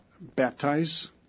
Baptize